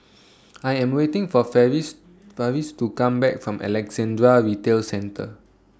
I Am waiting For Farris Farris to Come Back from Alexandra Retail Centre